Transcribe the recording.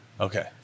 Okay